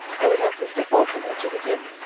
i would have mr. falconer to begin.